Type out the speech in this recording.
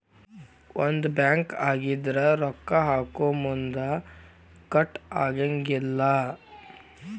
ಒಂದ ಬ್ಯಾಂಕ್ ಆಗಿದ್ರ ರೊಕ್ಕಾ ಹಾಕೊಮುನ್ದಾ ಕಟ್ ಆಗಂಗಿಲ್ಲಾ